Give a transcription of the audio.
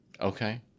Okay